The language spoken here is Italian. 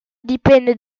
dipende